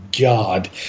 god